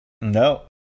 No